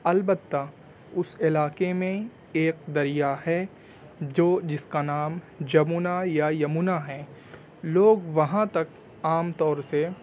البتہ اس علاقے میں ایک دریا ہے جو جس کا نام جمنا یا یمنا ہے لوگ وہاں تک عام طور سے